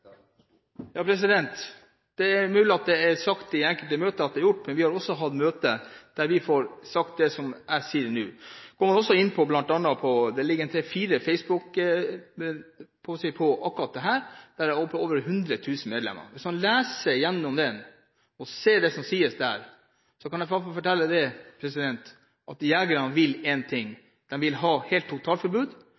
Det er mulig at det er sagt i enkelte møter, men vi har også hatt møter der vi har fått sagt det som jeg sier nå. Går man inn på facebook, ser man at det ligger tre–fire sider om akkurat dette, og der er det over 100 000 medlemmer. Hvis man leser igjennom dette og ser det som sies der, kan jeg i hvert fall fortelle at jegerne vil én ting: